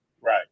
right